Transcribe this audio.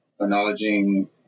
acknowledging